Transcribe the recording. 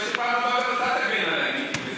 מקווה שבפעם הבאה גם אתה תגן עליי, מיקי לוי.